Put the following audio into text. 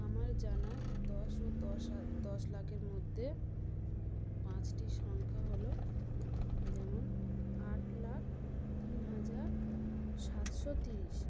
আমার জানা দশ ও দশ হা দশ লাখের মধ্যে পাঁচটি সংখ্যা হল যেমন আট লাখ তিন হাজার সাতশো তিরিশ